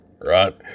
right